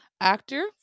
Actor